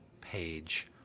page